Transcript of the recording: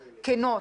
כנות,